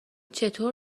چطور